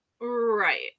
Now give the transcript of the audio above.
Right